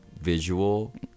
visual